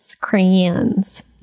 Crayons